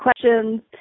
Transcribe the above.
questions